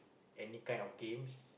any kind of games